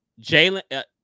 Jalen